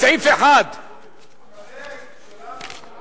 1. דילגת, דילגת.